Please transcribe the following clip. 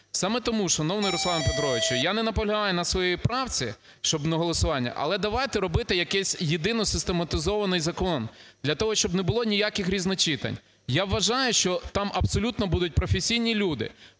Саме тому, шановний Руслане Петровичу, я не наполягаю на своїй правці, щоб на голосування, але давайте робити якийсь єдиний систематизований закон для того, щоб не було ніяких різночитань. Я вважаю, що там абсолютно будуть професійні люди.